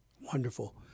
Wonderful